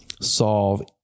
solve